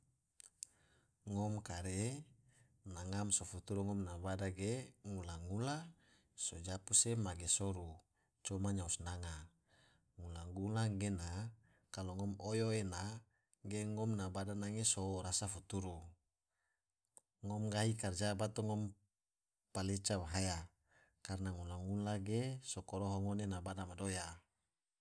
Ngom kare na ngam so futuru ngom na bada ge ngula-ngula so japu se magi soru, coma nyao sinanga, ngula-ngula gena kalo ngom oyo ena ge ngom na bada nage so rasa futuru, ngom gahi karja bato ngom paleca bahaya karana ngula-ngula ge so koroho ngone na bada madoya.